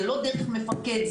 זה לא דרך מפקד,